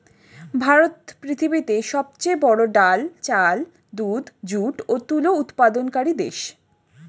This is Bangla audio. ভারত পৃথিবীতে সবচেয়ে বড়ো ডাল, চাল, দুধ, যুট ও তুলো উৎপাদনকারী দেশ